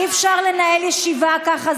אי-אפשר לנהל ישיבה ככה.